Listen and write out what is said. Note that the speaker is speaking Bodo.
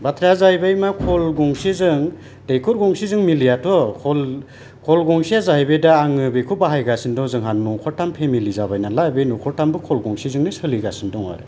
बाथ्राया जाहैबाय मा खल गंसेजों दैखर गंसेजों मिलायाथ' खल गंसेआ जाहैबायदा आं बेखौ बाहायगासिनो दं जोंहा न'खरथाम फेमिलि जाबाय नालाय बे न'खरथामबो खल गंसेजोंनि सोलिगासिनो